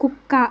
కుక్క